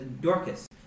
Dorcas